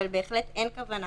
אבל בהחלט אין כוונה